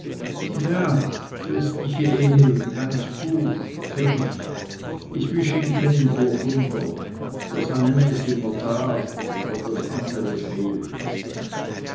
ja christliche ehe ganz gut kenn ich is wie schinken in burgunder das eine is immer da aber das andere fehlt